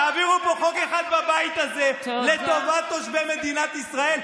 תעבירו פה חוק אחד בבית הזה לטובת תושבי מדינת ישראל.